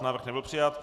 Návrh nebyl přijat.